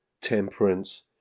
temperance